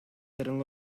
sitting